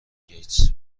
گیتس